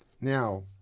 now